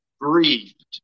breathed